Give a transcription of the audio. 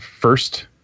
first